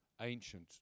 ancient